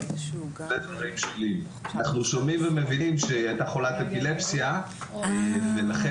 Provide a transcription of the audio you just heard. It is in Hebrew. אנחנו שומעים ומבינים שהיא הייתה חולת אפילפסיה ולכן